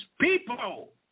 people